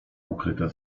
ukryte